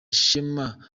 shema